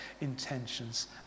intentions